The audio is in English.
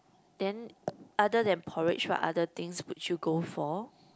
then other than porridge what other things would you go for